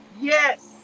Yes